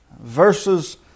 Verses